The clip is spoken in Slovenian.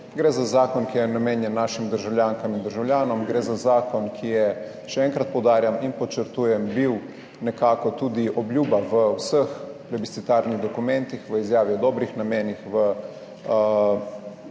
Gre za zakon, ki je namenjen našim državljankam in državljanom, gre za zakon, ki je, še enkrat poudarjam in podčrtujem, bil nekako tudi obljuba v vseh plebiscitarnih dokumentih, v Izjavi o dobrih namenih,